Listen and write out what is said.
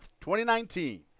2019